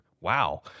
wow